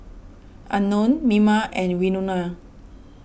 Unknown Mima and Winona